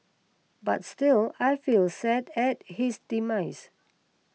but still I feel sad at his demise